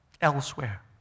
elsewhere